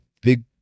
big